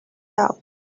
out